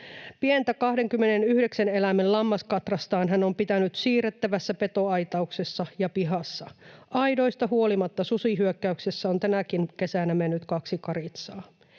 Pientä 29 eläimen lammaskatrastaan hän on pitänyt siirrettävässä petoaitauksessa ja pihassa. Aidoista huolimatta susihyökkäyksessä on tänäkin kesänä mennyt kaksi karitsaa.